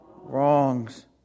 wrongs